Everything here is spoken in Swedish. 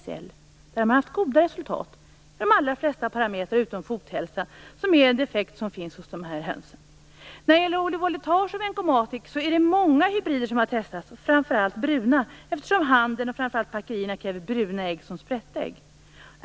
Man har haft goda resultat för de allra flesta parametrar utom fothälsa som är en defekt som finns hos de här hönsen. När det gäller Oli-Voletage och Vencomatic är det många hybrider som har testats, framför allt bruna, eftersom handeln och framför allt packerierna kräver bruna ägg som sprättägg.